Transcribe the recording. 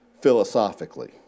philosophically